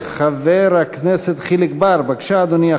חבר הכנסת חיליק בר, בבקשה, אדוני.